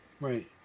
Right